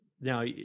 Now